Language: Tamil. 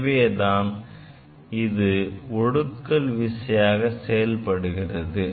எனவே தான் அது ஒடுக்கல் விசையாக செயல்படுகிறது